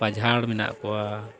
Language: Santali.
ᱯᱟᱸᱡᱷᱟᱲ ᱢᱮᱱᱟᱜ ᱠᱚᱣᱟ